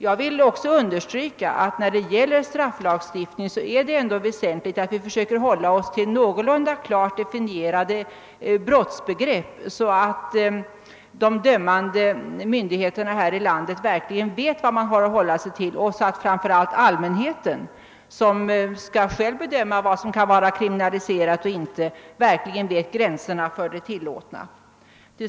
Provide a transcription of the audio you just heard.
Jag vill understryka att det i fråga om strafflagstiftningen är väsentligt att vi försöker hålla oss till någorlunda klart definierade brottsbegrepp, så att de dömande myndigheterna i landet vet vad de har att rätta sig efter och så att framför - allt allmänheten, som själv skall bedöma vad som är kriminaliserat eller inte, verkligen vet var gränserna för det tillåtna går.